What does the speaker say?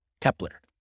Kepler